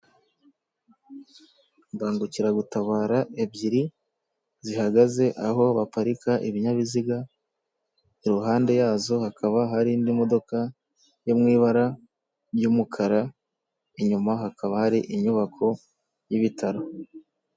Imbangukiragutabara ebyiri zihagaze aho baparika ibinyabiziga, iruhande yazo hakaba hari indi modoka yo mu ibara ry'umukara inyuma hakaba hari inyubako y'ibitaro.